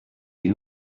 you